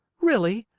really?